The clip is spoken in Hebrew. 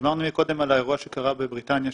דיברנו קודם על האירוע שקרה בבריטניה,